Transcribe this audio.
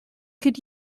could